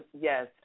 Yes